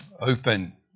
open